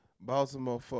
Baltimore